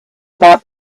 about